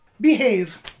Behave